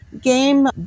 game